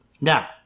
Now